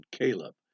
Caleb